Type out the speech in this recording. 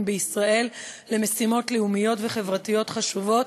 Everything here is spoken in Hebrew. בישראל למשימות לאומיות וחברתיות חשובות